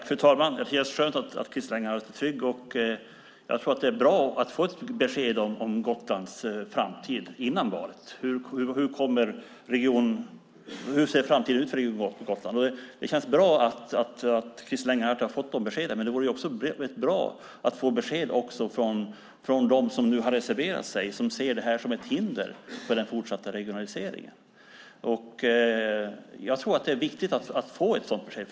Fru talman! Det är skönt att Christer Engelhardt är trygg. Jag tror att det är bra att få ett besked om Gotlands framtid innan valet. Hur ser framtiden ut för Region Gotland? Det känns bra att Christer Engelhardt har fått de beskeden. Men det vore rätt bra att också få besked från dem som reserverat sig och ser det som ett hinder för den fortsatta regionaliseringen. Jag tror det är viktigt att få ett sådant besked.